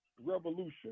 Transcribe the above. revolution